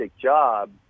job